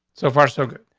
so far, so good.